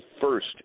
first